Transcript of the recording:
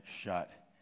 shut